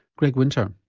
greg winter.